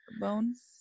bones